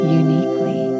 uniquely